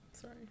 Sorry